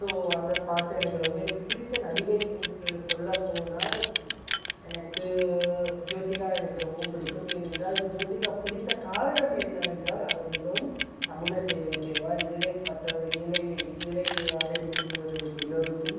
so அந்த பாட்டு எனக்கு ரொம்ப எனக்கு பிடித்த நடிகை என்று சொல்லப்போனால் எனக்கு ஜோதிகா எனக்கு ரொம்பவும் பிடிக்கும் ஏனென்றால் ஜோதிகா பிடித்த காரணம் என்னவென்றால் அவர் மிகவும் சமூக சேவை செய்வார் ஏழைப்பட்டவர் ஏழை ஏழையாக இருக்கின்றவர்களுக்கு எல்லோருக்கும்